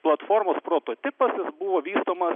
platformos prototipas jis buvo vystomas